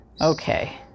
okay